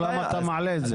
למה אתה מעלה את זה?